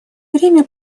время